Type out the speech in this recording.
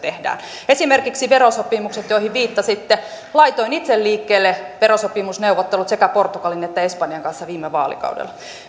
tehdään esimerkiksi verosopimukset joihin viittasitte laitoin itse liikkeelle verosopimusneuvottelut sekä portugalin että espanjan kanssa viime vaalikaudella